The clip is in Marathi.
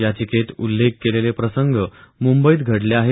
याचिकेत उछ्छेख केलेले प्रसंग मुंबईत घडले आहेत